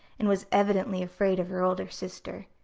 and was evidently afraid of her older sister.